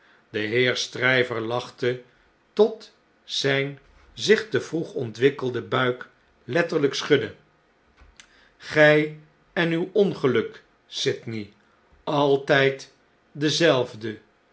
de heer stryver lachte tot zp zich te vroeg ontwikkelende buik letterlflk schudde gij en uw ongeluk sydney alttfd dezelfde